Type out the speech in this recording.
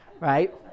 Right